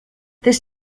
this